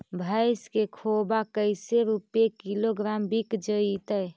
भैस के खोबा कैसे रूपये किलोग्राम बिक जइतै?